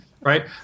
right